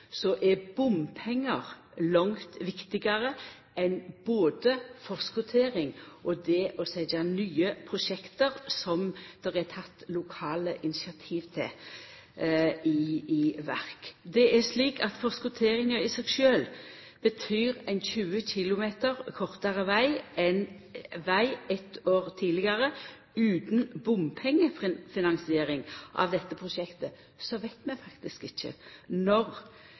er kampen mot bompengar langt viktigare enn både forskottering og det å setja nye prosjekt – som det er tatt lokale initiativ til – i verk. Det er slik at forskotteringa i seg sjølv betyr ein 20 km kortare veg enn eitt år tidlegare. Utan bompengefinansiering av dette prosjektet veit vi faktisk ikkje når